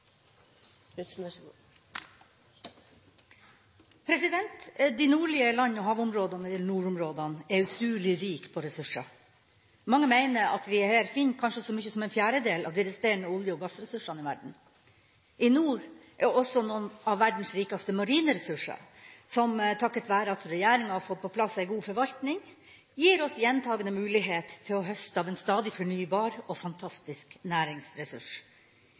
De nordlige land- og havområdene – eller nordområdene – er utrolig rike på ressurser. Mange mener at vi her finner kanskje så mye som en fjerdedel av de resterende olje- og gassressursene i verden. I nord finnes også noen av verdens rikeste marine ressurser som, takket være at regjeringa har fått på plass en god forvaltning, gir oss gjentagende mulighet til å høste av en stadig fornybar og fantastisk næringsressurs.